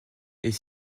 est